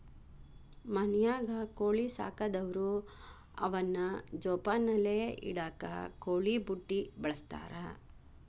ಮನ್ಯಾಗ ಕೋಳಿ ಸಾಕದವ್ರು ಅವನ್ನ ಜೋಪಾನಲೆ ಇಡಾಕ ಕೋಳಿ ಬುಟ್ಟಿ ಬಳಸ್ತಾರ